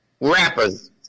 Rappers